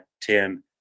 Tim